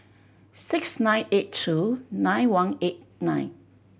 six nine eight two nine one eight nine